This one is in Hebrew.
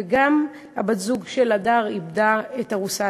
וגם בת-הזוג של הדר איבדה את ארוסה.